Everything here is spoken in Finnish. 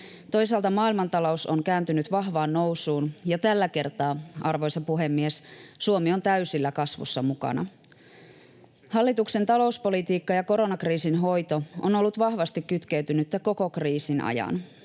Toisaalta maailmantalous on kääntynyt vahvaan nousuun, ja tällä kertaa, arvoisa puhemies, Suomi on täysillä kasvussa mukana. Hallituksen talouspolitiikka ja koronakriisin hoito on ollut vahvasti kytkeytynyttä koko kriisin ajan.